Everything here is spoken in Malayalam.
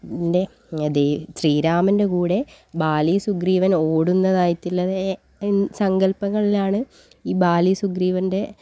ശ്രീരാമൻ്റെ കൂടെ ബാലി സുഗ്രീവൻ ഓടുന്നതായിട്ടുള്ള അതേ സങ്കല്പങ്ങളിലാണ് ഈ ബാലി സുഗ്രീവൻ്റെ